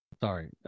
Sorry